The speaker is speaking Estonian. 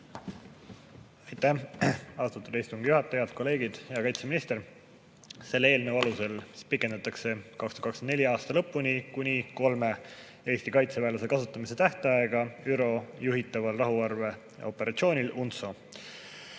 Aitäh, austatud istungi juhataja! Head kolleegid! Hea kaitseminister! Selle eelnõu alusel pikendatakse 2024. aasta lõpuni kuni kolme Eesti kaitseväelase kasutamise tähtaega ÜRO juhitaval rahuvalveoperatsioonil UNTSO.